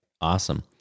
awesome